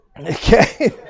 Okay